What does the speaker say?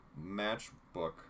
matchbook